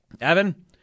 evan